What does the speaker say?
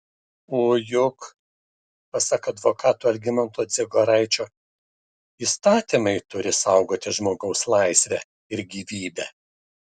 o juk pasak advokato algimanto dziegoraičio įstatymai turi saugoti žmogaus laisvę ir gyvybę